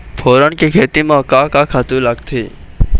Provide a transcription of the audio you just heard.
फोरन के खेती म का का खातू लागथे?